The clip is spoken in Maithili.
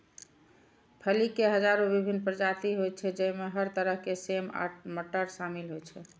फली के हजारो विभिन्न प्रजाति होइ छै, जइमे हर तरह के सेम आ मटर शामिल छै